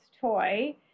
toy